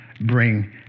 bring